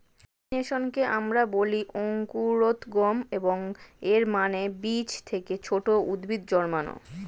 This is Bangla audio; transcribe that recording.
জেমিনেশনকে আমরা বলি অঙ্কুরোদ্গম, এবং এর মানে বীজ থেকে ছোট উদ্ভিদ জন্মানো